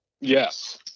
Yes